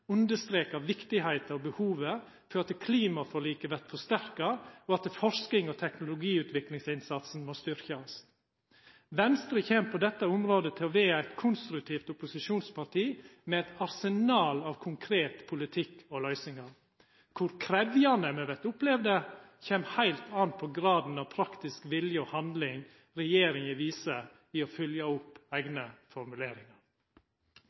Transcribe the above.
viktigheita og behovet for at klimaforliket vert forsterka, og at forsking og teknologiutviklingsinnsats må styrkast. Venstre kjem på dette området til å vera eit konstruktivt opposisjonsparti, med eit arsenal av konkret politikk og løysingar. Kor krevjande me vert opplevde å vera kjem heilt an på graden av praktisk vilje og handling regjeringa viser i å følgje opp eigne formuleringar.